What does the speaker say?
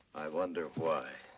i wonder why.